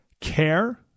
Care